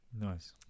nice